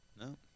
No